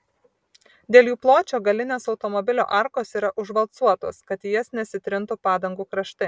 dėl jų pločio galinės automobilio arkos yra užvalcuotos kad į jas nesitrintų padangų kraštai